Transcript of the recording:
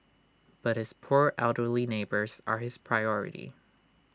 but his poor elderly neighbours are his priority